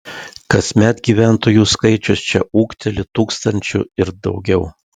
kasmet gyventojų skaičius čia ūgteli tūkstančiu ir daugiau